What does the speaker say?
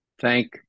Thank